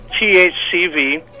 THCV